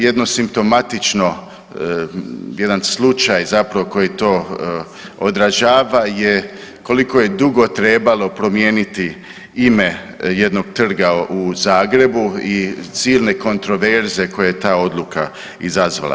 Jedno simptomatično, jedan slučaj zapravo koji to odražava je koliko je dugo trebalo promijeniti ime jednog trga u Zagrebu i silne kontroverze koje je ta odluka izazvala.